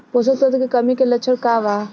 पोषक तत्व के कमी के लक्षण का वा?